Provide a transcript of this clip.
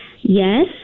Yes